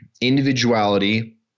individuality